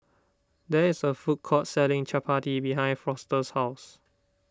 there is a food court selling Chappati behind Foster's house